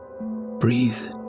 breathe